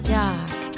dark